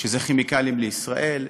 "כימיקלים לישראל",